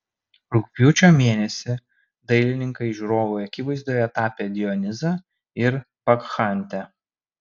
rugpjūčio mėnesį dailininkai žiūrovų akivaizdoje tapė dionizą ir bakchantę